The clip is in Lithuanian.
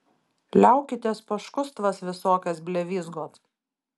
liaukitės paškustvas visokias blevyzgot